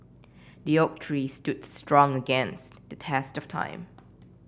the oak tree stood strong against the test of time